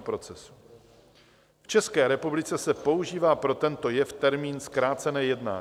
V České republice se používá pro tento jev termín zkrácené jednání.